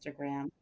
Instagram